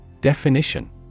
Definition